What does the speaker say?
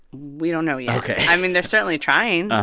we don't know yet ok i mean, they're certainly trying. ah